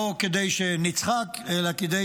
לא כדי שנצחק, אלא כדי